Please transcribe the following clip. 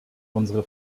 unsere